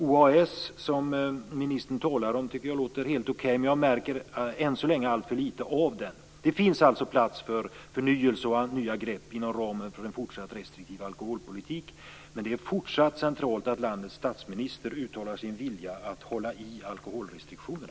OAS, som ministern talar om, låter helt okej, men jag märker än så länge alltför lite av den. Det finns alltså plats för förnyelse och nya grepp inom ramen för en fortsatt restriktiv alkoholpolitik. Men det är fortsatt centralt att landets statsminister uttalar sin vilja att hålla i alkoholrestriktionerna.